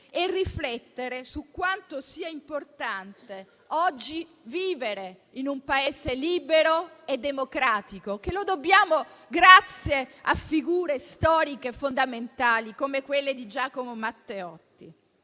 e riflettere su quanto sia importante, oggi, vivere in un Paese libero e democratico. Lo dobbiamo a figure storiche fondamentali come quella di Giacomo Matteotti.